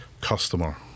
customer